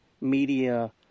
media